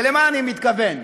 ולמה אני מתכוון?